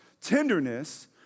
tenderness